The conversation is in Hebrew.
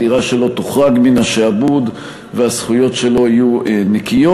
הדירה שלו תוחרג מן השעבוד והזכויות שלו יהיו נקיות.